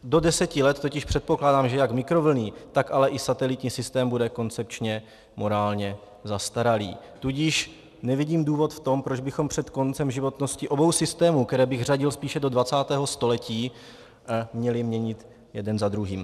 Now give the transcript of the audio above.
Do deseti let totiž předpokládám, že jak mikrovlnný, tak ale i satelitní systém bude koncepčně morálně zastaralý, tudíž nevidím důvod v tom, proč bychom před koncem životnosti obou systémů, které bych řadil spíše do 20. století, měli měnit jeden za druhým.